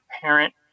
parent